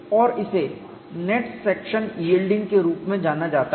और इसे net section yielding के रूप में जाना जाता है